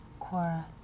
Quora